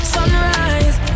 Sunrise